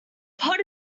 pot